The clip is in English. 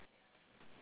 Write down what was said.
yes